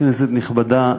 כנסת נכבדה,